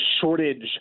shortage